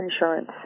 insurance